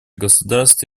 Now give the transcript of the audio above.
государств